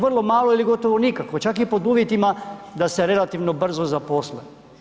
Vrlo malo ili gotovo nikako čak i pod uvjetima da se relativno brzo zaposle.